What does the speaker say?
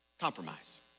Compromise